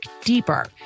deeper